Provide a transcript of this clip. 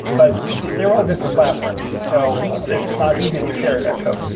but they're all different platforms. so it's not easy to share that code.